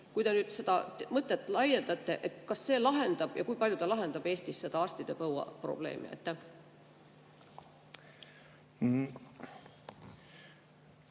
Kui te seda mõtet laiendate, siis kas see lahendab ja kui palju ta lahendab Eestis seda arstide põua probleemi?